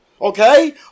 okay